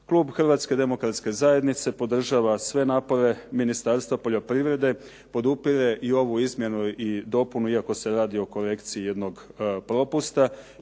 Klub Hrvatske demokratske zajednice podržava sve napore Ministarstva poljoprivrede, podupire i ovu izmjenu i dopunu iako se radi o korekciji jednog propusta